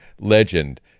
legend